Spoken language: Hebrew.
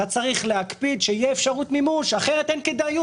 אתה צריך להקפיד שיהיה אפשרות מימוש אחרת אין כדאיות,